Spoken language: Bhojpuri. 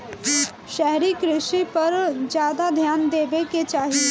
शहरी कृषि पर ज्यादा ध्यान देवे के चाही